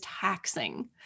taxing